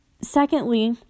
secondly